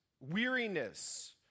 weariness